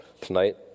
tonight